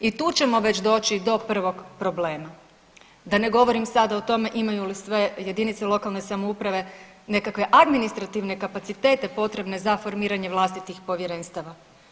I tu ćemo već doći do prvog problema, da ne govorim sada o tome imaju li sve jedinice lokalne samouprave nekakve administrativne kapacitete potrebne za formiranje vlastitih povjerenstava.